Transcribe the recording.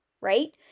right